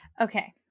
okay